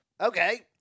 Okay